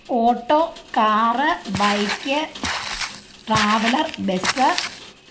auto car bike traveller bus